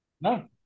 No